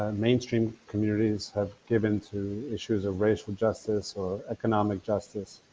ah mainstream communities have given to issues of racial justice, or economic justice,